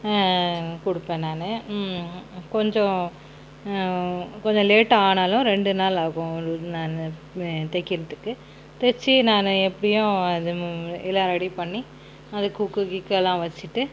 கொடுப்பேன் நான் கொஞ்சம் கொஞ்சம் லேட் ஆனாலும் ரெண்டு நாள் ஆகும் நான் தைக்கிறதுக்கு தச்சி நானு எப்படியும் அது எல்லாம் ரெடி பண்ணி அதுக்கு கொக்குகிக்குலாம் வச்சிகிட்டு